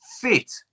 fit